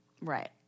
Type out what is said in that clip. Right